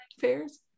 Fairs